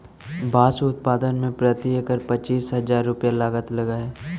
बाँस उत्पादन में प्रति एकड़ पच्चीस हजार रुपया लागत लगऽ हइ